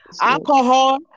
Alcohol